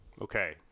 okay